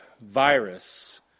virus